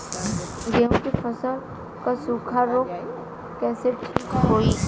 गेहूँक फसल क सूखा ऱोग कईसे ठीक होई?